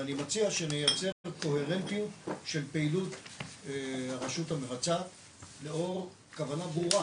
ואני מציע שנייצר קוהרנטיות של פעילות הרשות המבצעת לאור כוונה ברורה